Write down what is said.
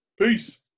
Peace